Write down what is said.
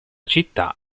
città